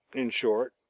in short,